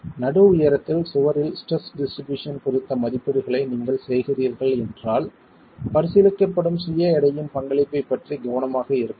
நடு உயரத்தில் சுவரில் ஸ்ட்ரெஸ் டிஸ்ட்ரிபியூஷன் குறித்த மதிப்பீடுகளை நீங்கள் செய்கிறீர்கள் என்றால் பரிசீலிக்கப்படும் சுய எடையின் பங்களிப்பைப் பற்றி கவனமாக இருக்கவும்